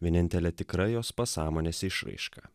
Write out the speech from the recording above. vienintele tikra jos pasąmonės išraiška